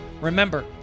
Remember